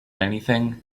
anything